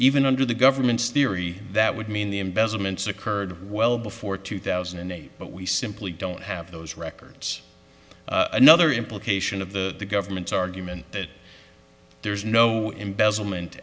even under the government's theory that would mean the embezzlement occurred well before two thousand and eight but we simply don't have those records another implication of the government's argument that there's no embezzlement